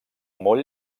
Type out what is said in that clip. molt